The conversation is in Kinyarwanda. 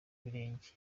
birenge